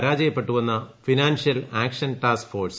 പരാജയപ്പെട്ടുവെന്ന് financial action task force